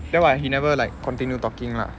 that what he never like continue talking lah